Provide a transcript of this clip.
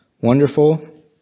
Wonderful